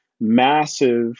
massive